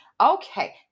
Okay